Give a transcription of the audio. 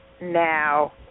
now